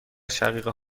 شقیقه